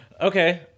Okay